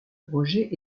roger